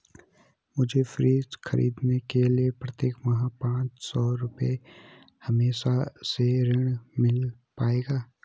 मुझे फ्रीज खरीदने के लिए प्रति माह पाँच सौ के हिसाब से ऋण मिल पाएगा?